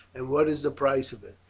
and what is the price of it?